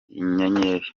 nyenyeri